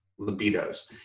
libidos